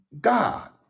God